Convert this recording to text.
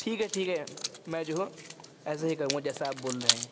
ٹھیک ہے ٹھیک میں جو ہوں ایسا ہی کروں گا جیسے آپ بول رہے ہیں